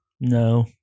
No